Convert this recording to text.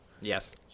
Yes